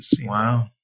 Wow